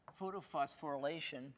photophosphorylation